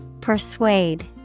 Persuade